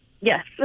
Yes